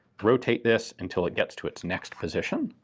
rotate this until it gets to its next position,